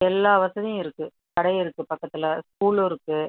எல்லா வசதியும் இருக்கு கடையே இருக்கு பக்கத்தில் ஸ்கூலும் இருக்கு